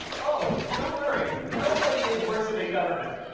oh, don't worry. nobody is worshipping government.